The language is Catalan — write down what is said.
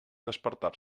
despertar